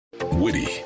Witty